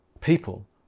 People